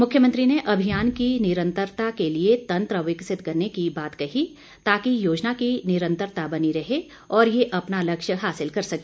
मुख्यमंत्री ने अभियान की निरंतरता के लिए तंत्र विकसित करने की बात कही ताकि योजना की निरंतरता बनी रहे और ये अपना लक्ष्य हासिल कर सके